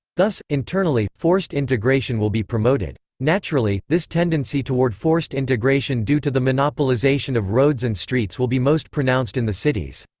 thus, internally, forced integration will be promoted. naturally, this tendency toward forced integration due to the monopolization of roads and streets will be most pronounced in the cities.